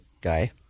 guy